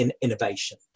innovation